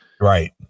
Right